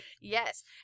Yes